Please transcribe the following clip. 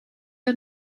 het